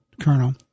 Colonel